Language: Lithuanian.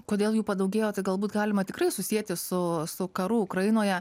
kodėl jų padaugėjo tai galbūt galima tikrai susieti su su karu ukrainoje